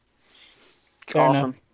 Awesome